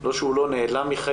לא רק שהוא לא נעלם מחיינו,